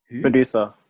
producer